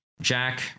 Jack